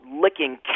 licking